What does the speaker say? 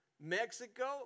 Mexico